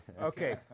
Okay